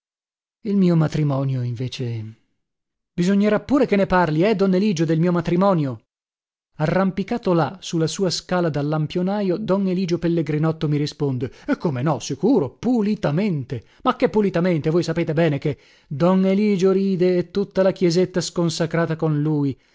il mio matrimonio invece bisognerà pure che ne parli eh don eligio del mio matrimonio arrampicato là su la sua scala da lampionajo don eligio pellegrinotto mi risponde e come no sicuro pulitamente ma che pulitamente voi sapete bene che don eligio ride e tutta la chiesetta sconsacrata con lui